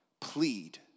plead